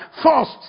first